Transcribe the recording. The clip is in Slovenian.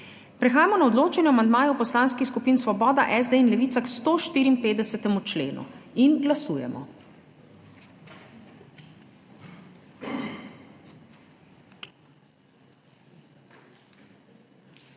Prehajamo na odločanje o amandmaju Poslanskih skupin Svoboda, SD in Levica k 154. členu. Glasujemo.